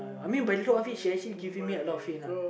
I mean by she actually giving me a lot of uh